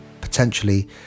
potentially